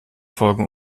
folgen